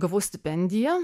gavau stipendiją